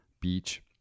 beach